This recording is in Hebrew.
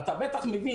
אתה ודאי מבין.